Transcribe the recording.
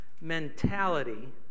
mentality